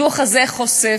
הדוח הזה חושף,